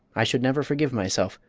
i should never forgive myself,